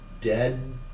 dead